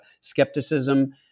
skepticism